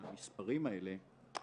המספרים האלה,